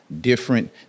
different